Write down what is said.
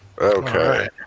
okay